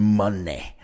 money